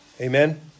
Amen